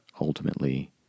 ultimately